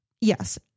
yes